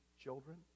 children